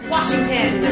Washington